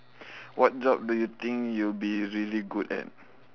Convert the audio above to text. what job do you think you'll be really good at